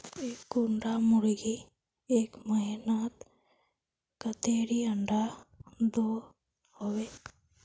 एक कुंडा मुर्गी एक महीनात कतेरी अंडा दो होबे?